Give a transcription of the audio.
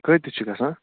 کۭتِس چھِ گژھان